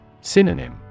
Synonym